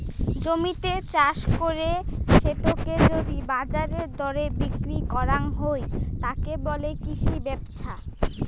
জমিতে চাষ করে সেটোকে যদি বাজারের দরে বিক্রি করাং হই, তাকে বলে কৃষি ব্যপছা